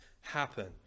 happen